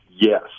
yes